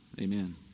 Amen